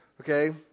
okay